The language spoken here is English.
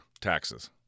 taxes